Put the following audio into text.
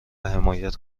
حمایت